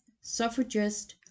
suffragist